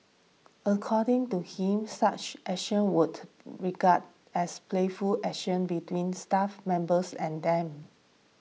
according to him such actions would regarded as playful actions between staff members and them